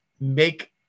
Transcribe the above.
make